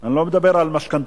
אני לא מדבר על משכנתאות,